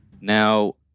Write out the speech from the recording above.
Now